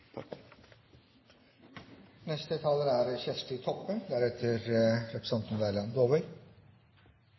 Neste taler er representanten